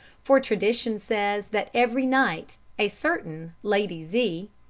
for tradition says that every night a certain lady z.